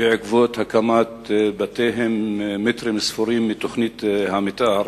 בעקבות הקמת בתיהם מטרים ספורים מתוכנית המיתאר.